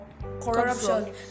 corruption